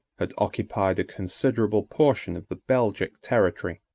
had occupied a considerable portion of the belgic territory.